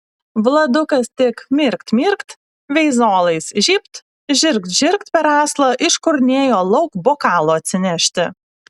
vladukas tik mirkt mirkt veizolais žybt žirgt žirgt per aslą iškurnėjo lauk bokalo atsinešti